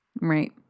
Right